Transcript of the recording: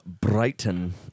Brighton